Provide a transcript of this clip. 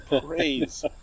praise